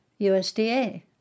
USDA